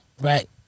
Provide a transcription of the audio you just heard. Right